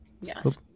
yes